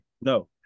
No